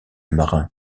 marin